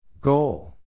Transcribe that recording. Goal